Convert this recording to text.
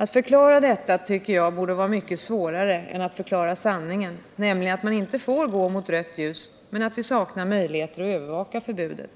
Att förklara detta tycker jag borde vara mycket svårare än att förklara sanningen, nämligen att man inte får gå mot rött ljus men att vi saknar möjligheter att övervaka förbudet.